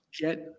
get